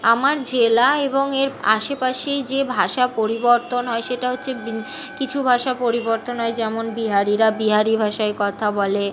আমার জেলা এবং এর আশপাশেই যে ভাষা পরিবর্তন হয় সেটা হচ্ছে কিছু ভাষা পরিবর্তন হয় যেমন বিহারিরা বিহারি ভাষায় কথা বলে